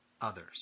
others